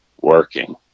working